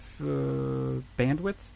bandwidth